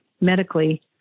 medically